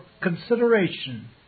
consideration